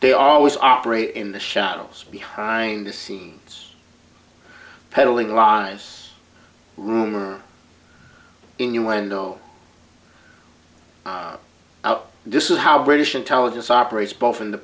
they always operate in the shadows behind the scenes peddling laius rumor innuendo out this is how british intelligence operates both in the